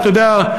אתה יודע,